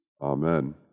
Amen